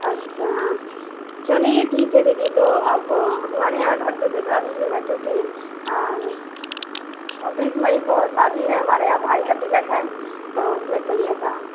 अच्छा चलिए ठीक है दीदी तो आप हमारे यहाँ घर पर भिजवा दीजिएगा क्यूँकि बीस मई को शादी है हमारे यहाँ भाई का तिलक है तो उसमें चाहिए था